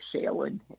sailing